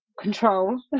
control